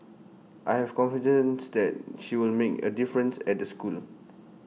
I have confidence that she will make A difference at the school